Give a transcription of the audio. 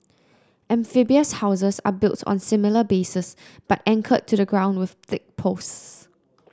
amphibious houses are built on similar bases but anchored to the ground with thick posts